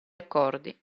accordi